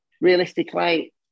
realistically